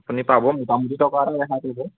আপুনি পাব মোটামুটি টকা এটা ৰেহাই পাব